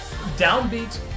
Downbeat